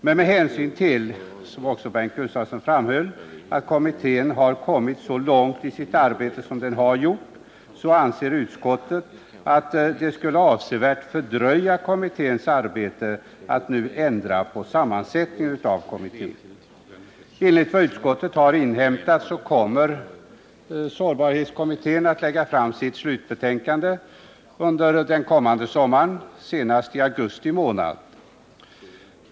Men med hänsyn till att kommittén har kommit så långt i sitt arbete som den har gjort anser utskottet att det avsevärt skulle fördröja kommitténs arbete att nu ändra på sammansättningen av kommittén. Enligt vad utskottet har inhämtat kommer sårbarhetskommittén att lägga fram sitt slutbetänkande under den kommande sommaren, senast i augusti månad.